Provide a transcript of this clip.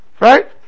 Right